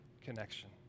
connection